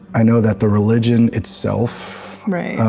i know that the religion itself right.